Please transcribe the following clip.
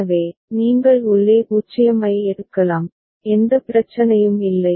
எனவே நீங்கள் உள்ளே 0 ஐ எடுக்கலாம் எந்த பிரச்சனையும் இல்லை